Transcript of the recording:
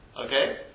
okay